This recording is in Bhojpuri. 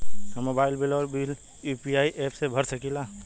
हम मोबाइल बिल और बिल यू.पी.आई एप से भर सकिला